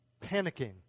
panicking